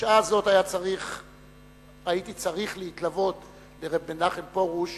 בשעה זאת הייתי צריך להתלוות לר' מנחם פרוש